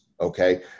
okay